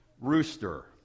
rooster